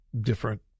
different